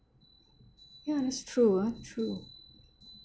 ya that's true ah true